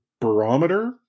barometer